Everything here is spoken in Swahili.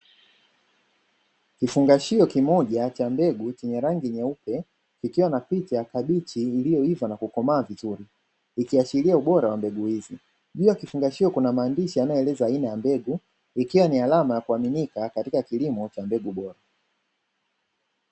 Kifungashio kimoja cha mbegu chenye rangi nyeupe kikiwa na picha ya kabichi iliyoiva na kukomaa vizuri ikiashiria ubora wa mbegu hizi. Juu ya kifungashio kuna maandishi yanayoeleza aina ya mbegu ikiwa ni alama ta kuaminika katika kilimo cha mbegu bora.